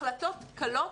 החלטות קלות,